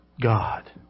God